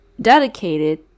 dedicated